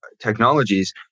technologies